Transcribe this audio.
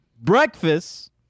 breakfast